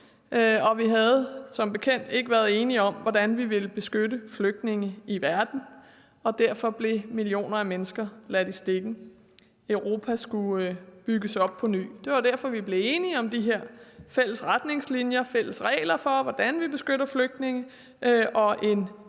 vi havde som bekendt ikke været enige om, hvordan vi ville beskytte flygtninge i verden, og derfor blev millioner af mennesker ladt i stikken. Europa skulle bygges op på ny. Det var derfor, vi blev enige om de her fælles retningslinjer og fælles regler for, hvordan vi beskytter flygtninge, og en kvote